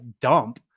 dump